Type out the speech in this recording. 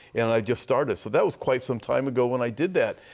and i just started. so, that was quite some time ago when i did that.